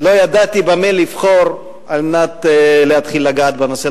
לא ידעתי במה לבחור על מנת להתחיל לגעת בנושא.